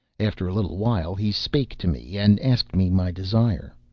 after a little while he spake to me, and asked me my desire.